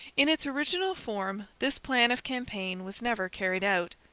in its original form this plan of campaign was never carried out,